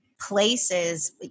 places